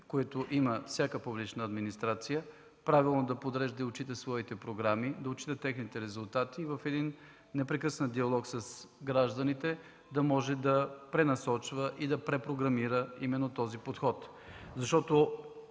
които има всяка публична администрация – правилно да подрежда и отчита своите програми, да отчита техните резултати и в непрекъснат диалог с гражданите да може да пренасочва и препрограмира именно този подход. Защото,